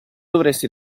dovresti